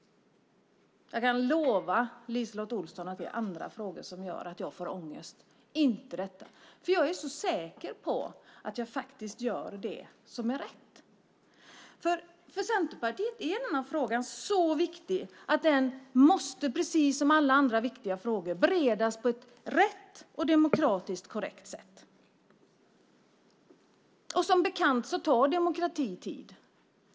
Jag kan lova LiseLotte Olsson att det är andra frågor som gör att jag får ångest, inte detta. Jag är säker på att jag gör det som är rätt. För Centerpartiet är denna fråga så viktig att den, precis som alla andra viktiga frågor, måste beredas på ett rätt och demokratiskt korrekt sätt. Som bekant tar demokrati tid.